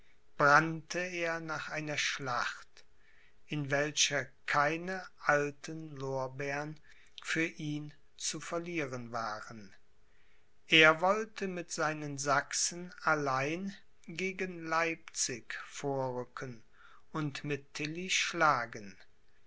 brannte er nach einer schlacht in welcher keine alten lorbeern für ihn zu verlieren waren er wollte mit seinen sachsen allein gegen leipzig vorrücken und mit tilly schlagen